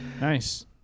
Nice